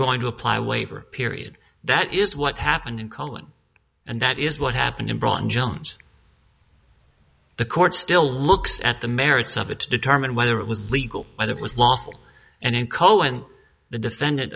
going to apply waiver period that is what happened in cohen and that is what happened in broughton jones the court still looks at the merits of it to determine whether it was legal whether it was lawful and cohen the defendant